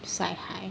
晒黑